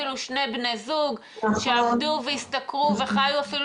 שני בני זוג שעבדו והשתכרו וחיו אפילו